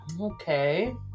Okay